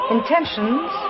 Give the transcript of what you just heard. Intentions